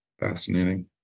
Fascinating